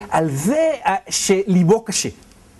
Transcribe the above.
על זה שליבו קשה.